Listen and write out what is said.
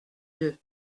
deux